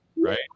Right